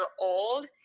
old